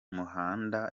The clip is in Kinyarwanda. muhanda